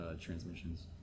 transmissions